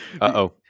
Uh-oh